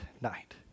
night